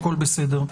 הכול בסדר.